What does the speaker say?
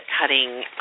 cutting